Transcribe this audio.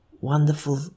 wonderful